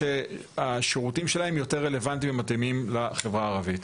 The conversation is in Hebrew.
שהשירותים שלהם יותר רלוונטיים ומתאימים לחברה הערבית.